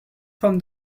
from